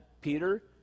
Peter